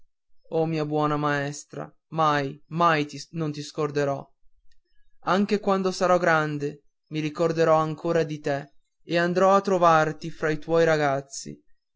o mia buona maestra mai mai non ti scorderò anche quando sarò grande mi ricorderò ancora di te e andrò a trovarti fra i tuoi ragazzi